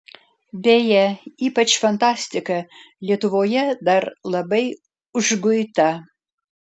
beje ypač fantastika lietuvoje dar labai užguita